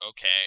okay